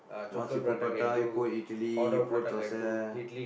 once you put prata you put idli you put dosa